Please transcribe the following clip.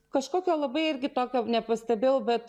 kažkokio labai irgi tokio nepastebėjau bet